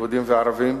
יהודים וערבים,